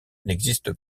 n’existe